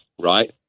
right